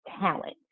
talent